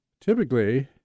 typically